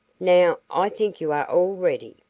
now, i think you are all ready,